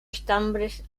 estambres